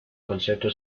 concepto